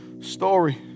story